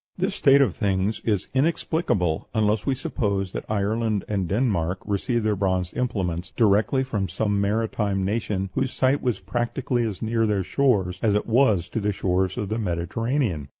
this state of things is inexplicable unless we suppose that ireland and denmark received their bronze implements directly from some maritime nation whose site was practically as near their shores as it was to the shores of the mediterranean.